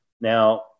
Now